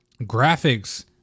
Graphics